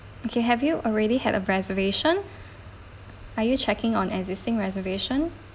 okay have you already had a reservation are you checking on existing reservation